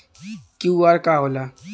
QR का होला?